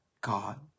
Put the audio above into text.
God